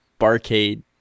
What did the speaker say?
barcade